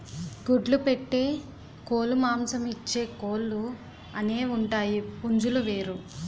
గుడ్లు పెట్టే కోలుమాంసమిచ్చే కోలు అనేవుంటాయి పుంజులు వేరు